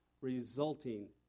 resulting